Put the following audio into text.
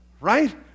right